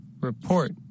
Report